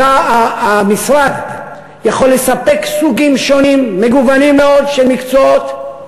המשרד יכול לספק סוגים שונים ומגוונים מאוד של מקצועות,